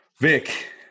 Vic